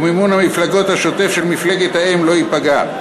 ומימון המפלגות השוטף של מפלגת האם לא ייפגע.